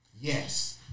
Yes